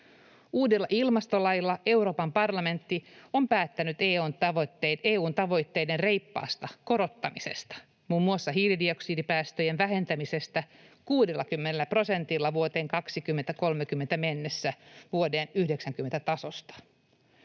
Uudella ilmastolailla Euroopan parlamentti on päättänyt EU:n tavoitteiden reippaasta korottamisesta, muun muassa hiilidioksidipäästöjen vähentämisestä 60 prosentilla vuoteen 2030 mennessä vuoden 1990 tasosta.